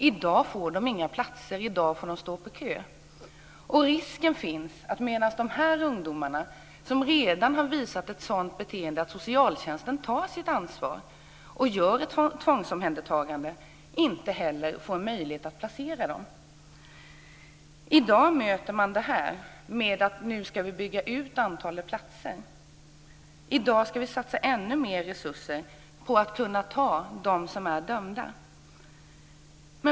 I dag får de inga platser, i dag får de stå på kö. Risken finns att socialtjänsten, som tar sitt ansvar och gör ett tvångsomhändertagande av de här ungdomarna som redan har visat ett beteende som befogar det, inte heller får möjlighet att placera dem. I dag bemöter man detta med att säga: Nu ska vi bygga ut antalet platser. I dag ska vi satsa ännu mer resurser på att kunna ta dem som är dömda.